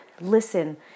listen